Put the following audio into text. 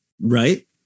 Right